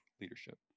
leadership